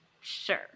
Sure